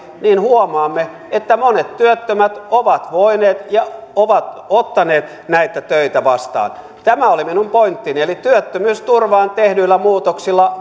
niin huomaamme että monet työttömät ovat voineet ottaa ja ovat ottaneet näitä töitä vastaan tämä oli minun pointtini eli työttömyysturvaan tehdyillä muutoksilla